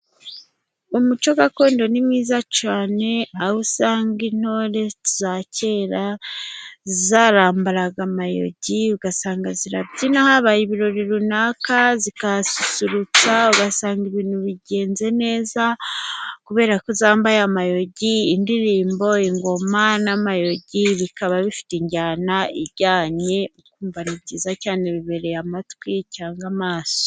Umuco gakondo ni mwiza cyane, aho usanga intore za kera zarambaraga amayogi. Ugasanga zirabyina habaye ibirori runaka zigasusurutsa, ugasanga ibintu bigenze neza, kubera ko zambaye amayogi. Indirimbo, ingoma n'amayogi, bikaba bifite injyana ijyanye. Ukumva ni byiza cyane bibereye amatwi cyangwa amaso.